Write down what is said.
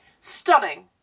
stunning